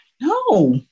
no